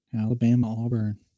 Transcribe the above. Alabama-Auburn